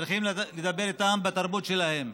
צריכים לדבר איתם בתרבות שלהם,